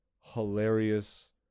hilarious